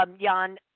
Jan